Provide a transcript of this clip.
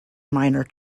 minor